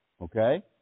Okay